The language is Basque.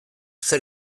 zer